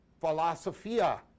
philosophia